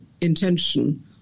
intention